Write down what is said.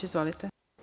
Izvolite.